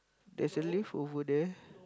there's a leaf over there